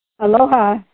Aloha